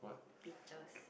beaches